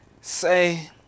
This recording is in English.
say